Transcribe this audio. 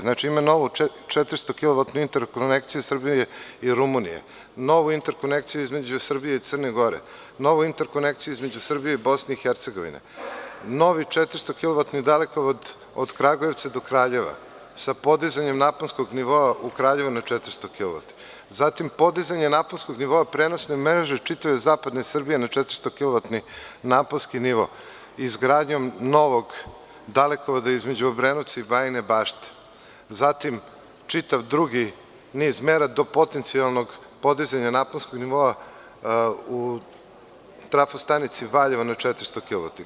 Znači ima novu 400 kilovatnu interkonekciju Srbije i Rumunije, novu interkonekciju između Srbije i Crne Gore, novu interkonekciju između Srbije, Bosne i Hercegovine, novi 400 kilovatni dalekovod od Kragujevca do Kraljeva, sa podizanjem naponskog nivoa u Kraljevu na 400 kilovata, zatim podizanje naponskog nivoa prenosne mreže iz čitave zapadne Srbije na 400 kilovatni naponski nivo, izgradnjom novog dalekovoda između Obrenovca i Bajine Bašte, zatim čitav drugi niz mera do potencijalnog podizanja naponskog nivoa u trafostanici Valjevo na 400 kilovata.